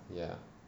ya